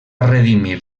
redimir